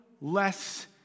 less